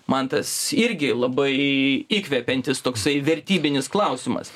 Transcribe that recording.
man tas irgi labai įkvepiantis toksai vertybinis klausimas